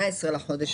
לבנה.